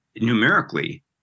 numerically